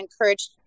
encourage